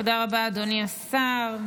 תודה רבה, אדוני השר.